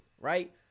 right